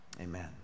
Amen